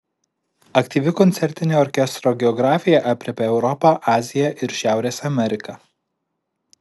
aktyvi koncertinė orkestro geografija aprėpia europą aziją ir šiaurės ameriką